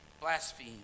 blaspheme